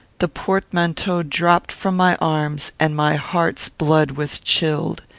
the portmanteau dropped from my arms, and my heart's blood was chilled.